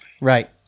right